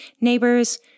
neighbors